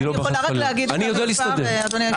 אני יכולה רק להגיד את המספר, אדוני היושב-ראש?